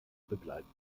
begleiten